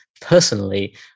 personally